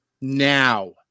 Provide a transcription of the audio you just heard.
now